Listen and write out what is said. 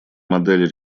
модели